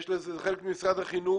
זה חלק ממשרד החינוך.